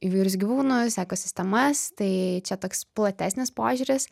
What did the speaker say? įvairius gyvūnus ekosistemas tai čia toks platesnis požiūris